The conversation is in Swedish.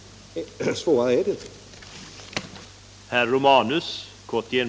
Konstigare är det inte.